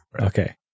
Okay